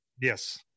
yes